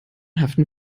haften